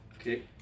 Okay